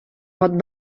pot